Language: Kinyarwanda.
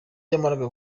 yamaraga